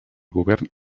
govern